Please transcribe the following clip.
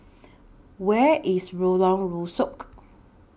Where IS Lorong Rusuk